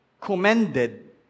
commended